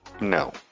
no